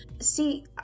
See